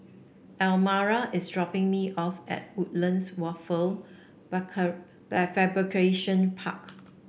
Almira is dropping me off at Woodlands Wafer Fabrication Park